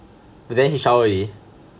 but then he shower already